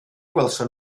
gwelsom